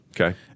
Okay